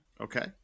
Okay